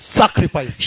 sacrifice